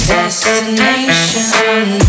Destination